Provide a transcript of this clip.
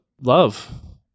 love